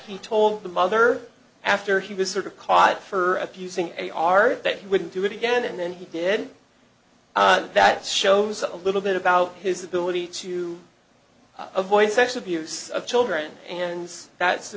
he told the mother after he was sort of caught for abusing any art that he wouldn't do it again and then he did that shows a little bit about his ability to avoid sex abuse of children and that's a